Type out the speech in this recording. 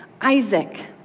Isaac